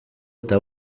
eta